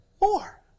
more